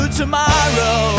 Tomorrow